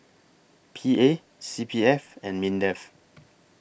P A C P F and Mindef